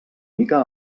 mica